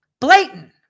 blatant